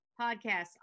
podcasts